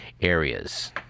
areas